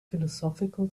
philosophical